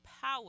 power